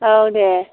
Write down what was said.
औ दे